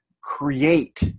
Create